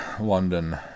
London